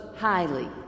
Highly